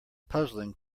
puzzling